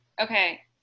okay